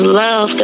love